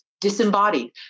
disembodied